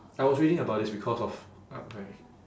I was reading about this because of I I